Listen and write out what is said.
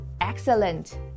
excellent